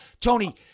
Tony